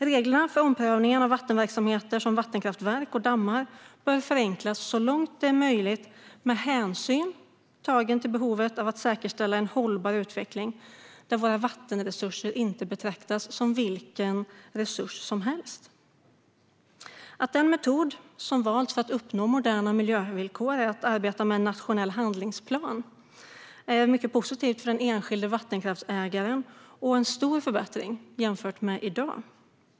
Reglerna för omprövning av vattenverksamheter som vattenkraftverk och dammar bör förenklas så långt det är möjligt med hänsyn tagen till behovet av att säkerställa en hållbar utveckling där våra vattenresurser inte betraktas som vilken resurs som helst. Att den metod som valts för att uppnå moderna miljövillkor är att arbeta med en nationell handlingsplan är mycket positivt för den enskilde vattenkraftsägaren och en stor förbättring jämfört med i dag.